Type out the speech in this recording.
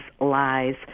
lies